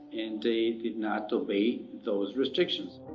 and they did not obey those restrictions.